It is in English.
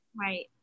Right